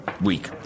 week